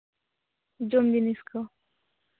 ᱡᱚᱢ ᱡᱤᱱᱤᱥ ᱠᱚ